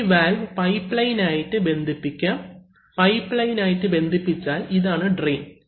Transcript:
ഈ valve pipe line ആയിട്ട് ബന്ധിപ്പിക്കാം പൈപ്പ് ലൈൻ ആയിട്ട് ബന്ധിപ്പിച്ചാൽ ഇതാണ് ട്രയിൻ